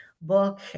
book